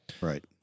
Right